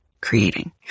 creating